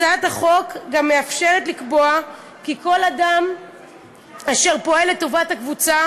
הצעת החוק גם מאפשרת לקבוע כי כל אדם אשר פועל לטובת הקבוצה